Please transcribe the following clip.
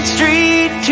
Street